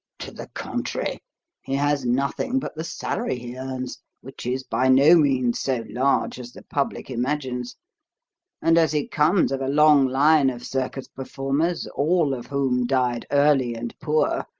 to the contrary he has nothing but the salary he earns which is by no means so large as the public imagines and as he comes of a long line of circus performers, all of whom died early and poor,